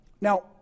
Now